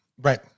right